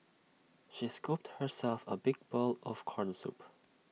she scooped herself A big bowl of Corn Soup